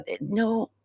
no